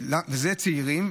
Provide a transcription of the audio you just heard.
זה צעירים.